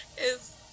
Is-